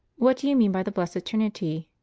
what do you mean by the blessed trinity?